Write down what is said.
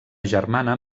germana